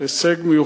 זה הישג מיוחד.